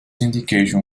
indication